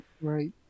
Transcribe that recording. right